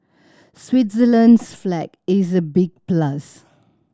Switzerland's flag is a big plus